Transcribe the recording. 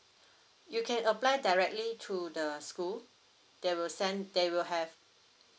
you can apply directly to the school they will send they will have